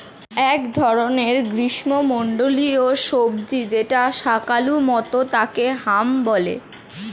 এক ধরনের গ্রীষ্মমন্ডলীয় সবজি যেটা শাকালু মতো তাকে হাম বলে